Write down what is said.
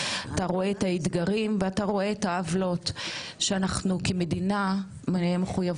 אתה רואה את האתגרים ואתה רואה את העוולות שאנחנו כמדינה מחויבות